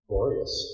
Glorious